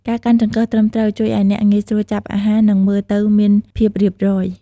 ការកាន់ចង្កឹះត្រឹមត្រូវ ជួយឱ្យអ្នកងាយស្រួលចាប់អាហារ និងមើលទៅមានភាពរៀបរយ។